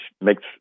makes